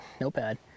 notepad